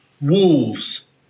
Wolves